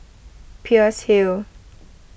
Peirce Hill